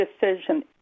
decision